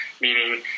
meaning